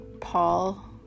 Paul